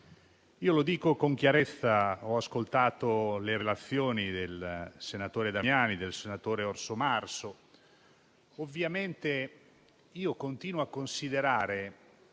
Lo dico con chiarezza: ho ascoltato le relazioni del senatore Damiani e del senatore Orsomarso, ma continuo a considerare